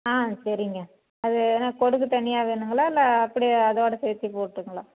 ஆ சரிங்க அது என்ன கொடுக்கு தனியாக வேணுங்களா இல்லை அப்படியே அதோடு சேர்த்து போட்டுங்களா